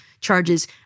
charges